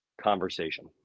conversation